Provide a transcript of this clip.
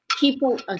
People